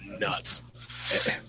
nuts